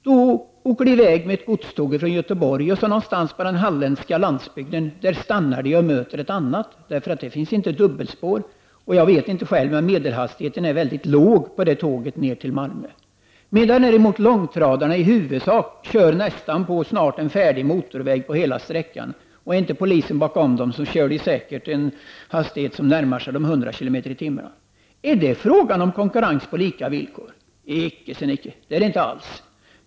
Då åker tåget från Göteborg med godset, och någonstans på den halländska landsbygden stannar tåget och möter ett annat tåg, eftersom det där inte finns något dubbelspår. Jag vet inte hur hög hastigheten är, men medelhastigheten är mycket låg för tåget ner till Malmö. Däremot kör långtradarna i huvudsak på en färdig motorväg på nästan hela sträckan. Och är inte polisen bakom dem kör de säkert i en hastighet som närmar sig 100 km/tim. Är detta fråga om konkurrens på lika villkor? Icke sade Nicke! Det är det inte alls.